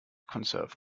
conserve